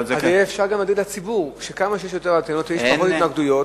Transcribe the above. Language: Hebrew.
אז יהיה אפשר גם להגיד לציבור שכמה שיש יותר אנטנות ויש פחות התנגדויות,